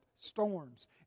storms